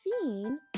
seen